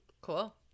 Cool